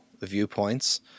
viewpoints